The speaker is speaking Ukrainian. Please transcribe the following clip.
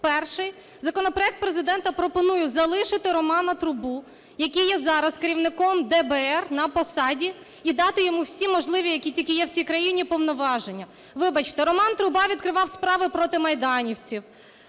Перший законопроект Президента пропонує залишити Романа Трубу, який є зараз керівником ДБР, на посаді і дати йому всі можливі, які тільки є в цій країні, повноваження. Вибачте, Роман Труба відкривав справи проти майданівців,